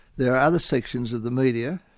there are other sections of the media